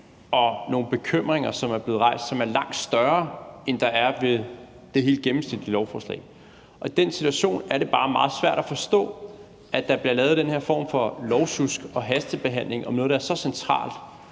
og nogle bekymringer, som er blevet rejst, som er langt større, end der er ved det helt gennemsnitlige lovforslag. Og i den situation er det bare meget svært at forstå, at der bliver lavet den her form for lovsjusk og hastebehandling af noget, der er så centralt.